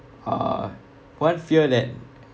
uh one fear that